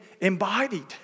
embodied